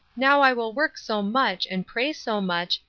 now i will work so much and pray so much,